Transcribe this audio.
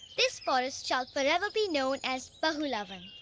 this forest shall forever be known as bahulavan.